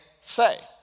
say